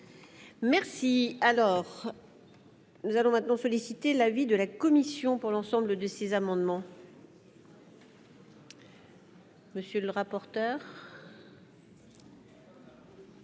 Merci alors. Nous allons maintenant solliciter l'avis de la Commission pour l'ensemble de ces amendements. Monsieur le rapporteur.